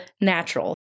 natural